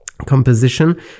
composition